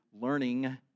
learning